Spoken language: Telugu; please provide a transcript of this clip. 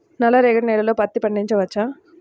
నల్ల రేగడి నేలలో పత్తి పండించవచ్చా?